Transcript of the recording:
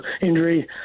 injury